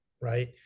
right